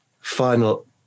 final